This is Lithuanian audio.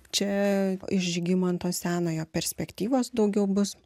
čia iš žygimanto senojo perspektyvos daugiau bus